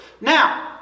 Now